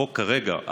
החוק כרגע,